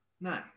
Nice